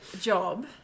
job